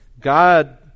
God